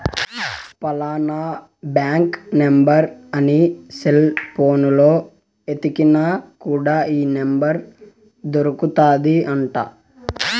ఫలానా bank number అని cell పోనులో ఎతికిన కూడా ఈ నెంబర్ దొరుకుతాది అంట